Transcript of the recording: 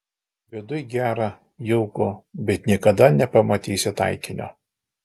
viduj gera jauku bet niekada nepamatysi taikinio